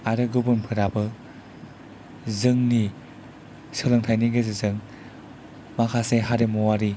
आरो गुबुनफोराबो जोंनि सोलोंथायनि गेजेरजों माखासे हारिमुवारि